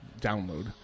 download